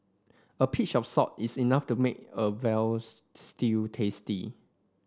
a pinch of salt is enough to make a veal stew tasty